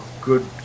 good